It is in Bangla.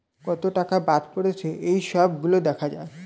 কত টাকা বাদ পড়েছে এই সব গুলো দেখা যায়